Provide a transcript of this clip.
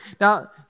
Now